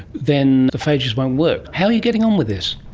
then the phages won't work. how are you getting on with this?